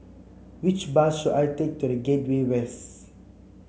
which bus should I take to The Gateway West